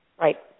Right